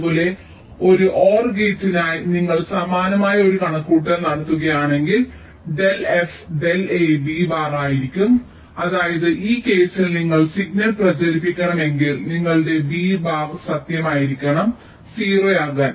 അതുപോലെ ഒരു OR ഗേറ്റിനായി അതിനാൽ നിങ്ങൾ സമാനമായ ഒരു കണക്കുകൂട്ടൽ നടത്തുകയാണെങ്കിൽ del f del a b bar ആയിരിക്കും അതായത് ഈ കേസിൽ നിങ്ങൾക്ക് സിഗ്നൽ പ്രചരിപ്പിക്കണമെങ്കിൽ നിങ്ങളുടെ b ബാർ സത്യമായിരിക്കണം 0 ആകാൻ